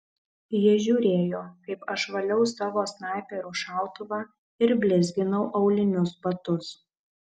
ji žiūrėjo kaip aš valiau savo snaiperio šautuvą ir blizginau aulinius batus